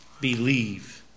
believe